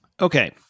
Okay